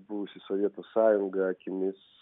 buvusi sovietų sąjunga akimis